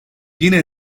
yine